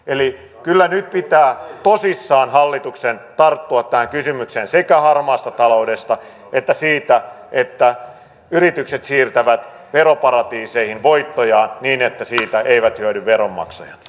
eli kyllä nyt pitää tosissaan hallituksen tarttua tähän kysymykseen sekä harmaasta taloudesta että siitä että yritykset siirtävät veroparatiiseihin voittojaan niin että siitä eivät hyödy veronmaksajat